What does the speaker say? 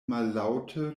mallaŭte